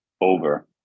over